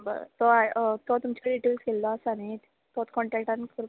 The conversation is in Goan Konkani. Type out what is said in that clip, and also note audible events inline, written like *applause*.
ब तो आं तो तुमचे कडेन *unintelligible* केल्लो आसा न्हय तोच कॉण्टॅक्टान कर